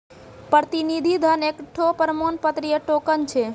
प्रतिनिधि धन एकठो प्रमाण पत्र या टोकन छै